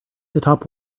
top